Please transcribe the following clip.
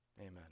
Amen